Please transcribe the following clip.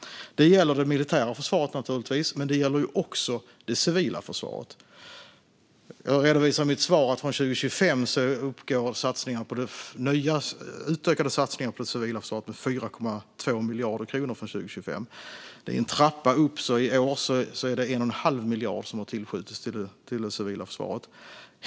Det gäller naturligtvis det militära försvaret, men det gäller också det civila försvaret. Jag redovisade i mitt svar att det är utökade satsningar på det civila försvaret, med 4,2 miljarder kronor till 2025. Det är en trappa upp. I år har det hittills tillskjutits 1 1⁄2 miljard till det civila försvaret.